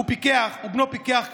הוא פיקח, ובנו, פיקח כמותו,